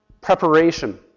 preparation